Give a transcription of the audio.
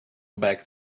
back